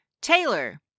Taylor